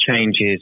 changes